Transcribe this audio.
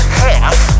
half